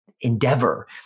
endeavor